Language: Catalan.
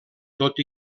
tot